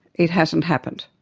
it hasn't happened.